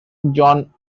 john